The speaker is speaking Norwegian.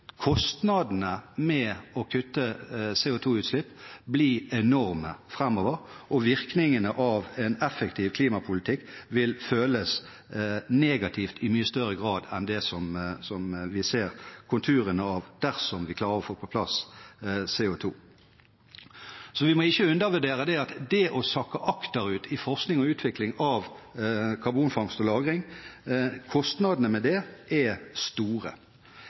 føles negativt i mye større grad enn det vi ser konturene av, dersom vi klarer å få på plass CO2-fangst og -lagring. Vi må ikke undervurdere at kostnadene ved å sakke akterut i forskning og utvikling av karbonfangst og